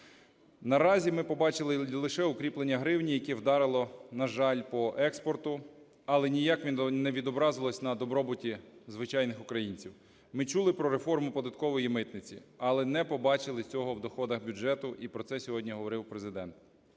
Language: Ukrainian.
Наразі ми побачили лише укріплення гривні, яке вдарило, на жаль, по експорту, але ніяк не відобразилось на добробуті звичайних українців. Ми чули про реформу податкової і митниці, але не побачили цього в доходах бюджету, і про це сьогодні говорив Президент.